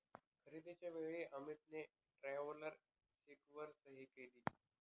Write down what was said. खरेदीच्या वेळी अमितने ट्रॅव्हलर चेकवर सही केली